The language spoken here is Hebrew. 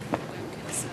(חברי הכנסת